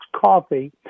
coffee